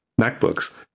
macbooks